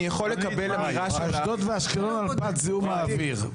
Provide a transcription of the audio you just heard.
אני יכול לקבל אמירה שלך --- אשדוד ואשקלון מפת זיהום האוויר.